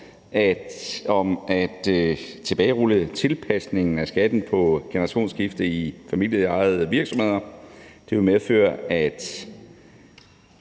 om at tilbagerulle tilpasningen af skatten på generationsskifte i familieejede virksomheder. Det vil medføre, at